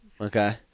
okay